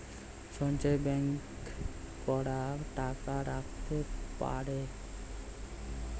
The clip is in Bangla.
সঞ্চয় ব্যাংকে কারা টাকা রাখতে পারে?